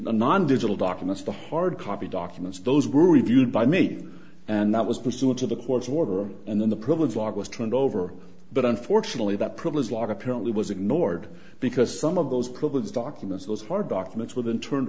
non digital documents the hard copy documents those grew reviewed by me and that was pursuant to the court's order and then the privilege log was turned over but unfortunately that privilege lot apparently was ignored because some of those problems documents those hard documents with and turned